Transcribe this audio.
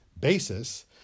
basis